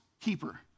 keeper